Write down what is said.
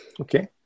okay